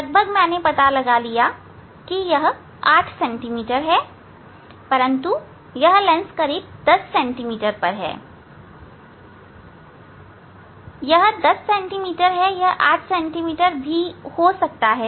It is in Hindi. लगभग मैंने यह पता लगाया कि यह 8 सेंटीमीटर है परंतु यह लेंस करीब 10 सेंटीमीटर है परंतु यह नहीं भी हो सकता यह 10 सेंटीमीटर है यह 8 भी हो सकता है